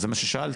זה מה ששאלתי.